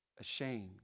ashamed